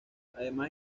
además